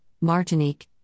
Martinique